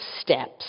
steps